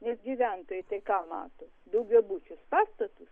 nes gyventojai tai ką mato daugiabučius pastatus